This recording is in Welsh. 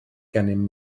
gennym